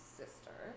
sister